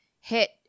hit